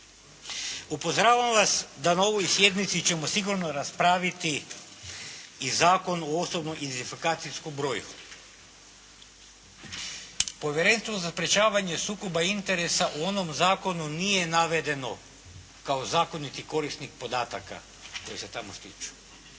Upozoravam vas da na ovoj sjednici ćemo sigurno raspraviti i Zakon o osobnom identifikacijskom broju. Povjerenstvo za sprječavanje sukoba interesa u onom zakonu nije navedeno kao zakoniti korisnik podataka koji se tamo stiču